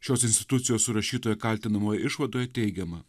šios institucijos surašytoje kaltinamoj išvadoj teigiama